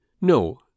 No